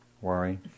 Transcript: Worry